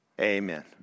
Amen